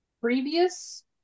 previous